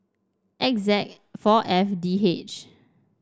X Z four F D H